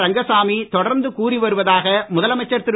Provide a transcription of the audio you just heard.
ரங்கசாமி தொடர்ந்து கூறி வருவதாக முதலமைச்சர் திரு